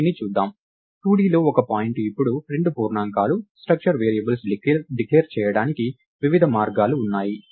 దీన్ని చూద్దాం 2Dలో ఒక పాయింట్ ఇప్పుడు రెండు పూర్ణాంకాలు స్ట్రక్చర్ వేరియబుల్స్ డిక్లేర్ చేయడానికి వివిధ మార్గాలు ఉన్నాయి